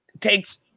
takes